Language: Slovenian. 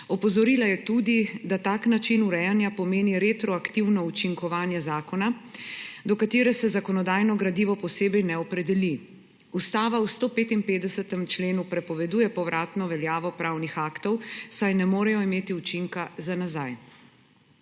Opozorila je tudi, da tak način urejanja pomeni retroaktivno učinkovanje zakona, do katerega se zakonodajno gradivo posebej ne opredeli. Ustava v 155. členu prepoveduje povratno veljavo pravnih aktov, saj ne morejo imeti učinka za nazaj.